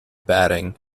batting